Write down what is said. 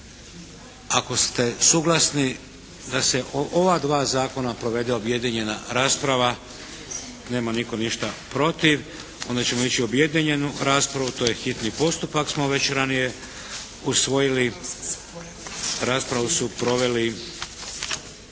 Ako ste suglasni da se o ova dva zakona provede objedinjena rasprava? Nema nitko ništa protiv. Onda ćemo ići u objedinjenu raspravu. To je hitni postupak smo već ranije usvojili. Raspravu su proveli